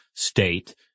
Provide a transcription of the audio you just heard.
state